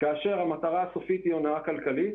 כאשר המטרה הסופית היא הונאה כלכלית.